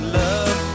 love